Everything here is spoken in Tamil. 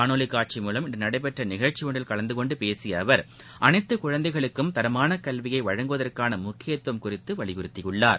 காணொலிக் காட்சி மூலம் இன்று நடைபெற்ற நிகழ்ச்சி ஒன்றில் கலந்து கொண்டு பேசிய அவர் அளைத்துக் குழந்தைகளுக்கும் தரமான கல்வியை வழங்குவதற்கான முக்கியத்துவம் குறித்து வலியுறுத்தியுள்ளார்